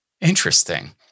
Interesting